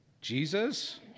Jesus